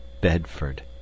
Bedford